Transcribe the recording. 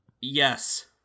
Yes